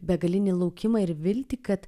begalinį laukimą ir viltį kad